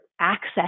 access